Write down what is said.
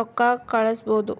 ರೊಕ್ಕ ಕಳ್ಸ್ಬಹುದು